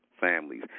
families